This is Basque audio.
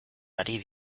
ari